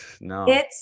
no